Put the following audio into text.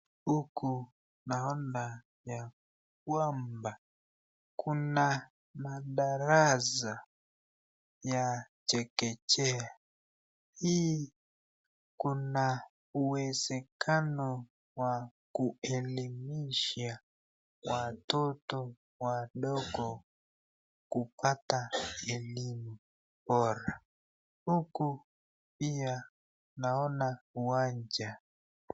Huku naona ya kwamba kuna madarasa ya chekechea. Hii kuna uwezekano wa kuelimisha watoto wadogo kupata elimu bora huku pia naona uwanja.